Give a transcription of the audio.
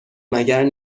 مگر